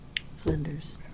Flinders